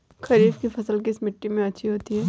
खरीफ की फसल किस मिट्टी में अच्छी होती है?